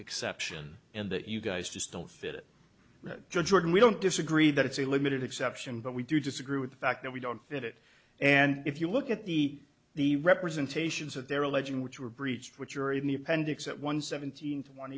exception and that you guys just don't fit in jordan we don't disagree that it's a limited exception but we do disagree with the fact that we don't fit it and if you look at the the representations that they're alleging which were breached which are in the appendix at one seventeen